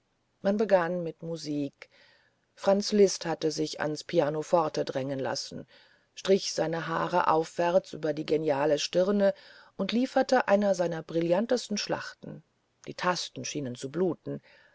man begann mit musik franz liszt hatte sich ans fortepiano drängen lassen strich seine haare aufwärts über die geniale stirne und lieferte eine seiner brillantesten schlachten die tasten schienen zu bluten